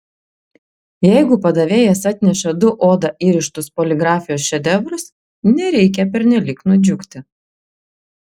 jeigu padavėjas atneša du oda įrištus poligrafijos šedevrus nereikia pernelyg nudžiugti